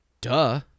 Duh